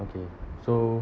okay so